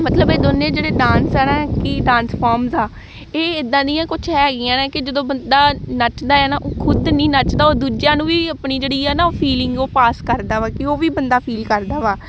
ਮਤਲਬ ਇਹ ਦੋਵੇਂ ਜਿਹੜੇ ਡਾਂਸ ਆ ਨਾ ਕਿ ਡਾਂਸ ਫੋਰਮਸ ਆ ਇਹ ਇੱਦਾਂ ਦੀਆਂ ਕੁਛ ਹੈਗੀਆਂ ਨੇ ਕਿ ਜਦੋਂ ਬੰਦਾ ਨੱਚਦਾ ਆ ਨਾ ਉਹ ਖੁਦ ਨਹੀਂ ਨੱਚਦਾ ਉਹ ਦੂਜਿਆਂ ਨੂੰ ਵੀ ਆਪਣੀ ਜਿਹੜੀ ਆ ਨਾ ਉਹ ਫੀਲਿੰਗ ਉਹ ਪਾਸ ਕਰਦਾ ਵਾ ਕਿ ਉਹ ਵੀ ਬੰਦਾ ਫੀਲ ਕਰਦਾ ਵਾ